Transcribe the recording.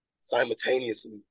simultaneously